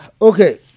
Okay